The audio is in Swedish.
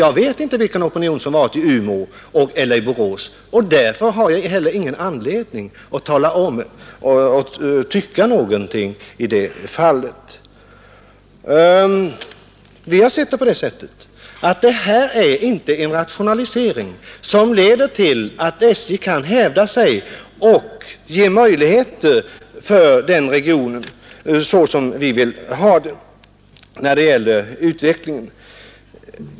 Jag vet inte vilken opinion som har varit i Umeå och Borås, och därför har jag heller ingen anledning att tala om och tycka någonting i det fallet. Vi har sett på det sättet att det här är inte en rationalisering som leder till att SJ kan hävda sig och ge den regionen de utvecklingsmöjligheter vi vill att den skall ha.